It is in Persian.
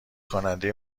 خواننده